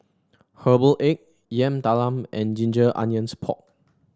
Herbal Egg Yam Talam and Ginger Onions Pork